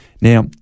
Now